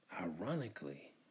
ironically